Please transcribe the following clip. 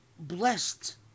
Blessed